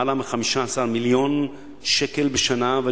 למעלה מ-15 מיליון שקל בשנה,